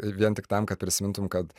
vien tik tam kad prisimintum kad